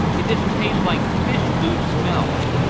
it just tastes like fish food smells.